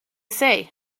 say